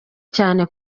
cyane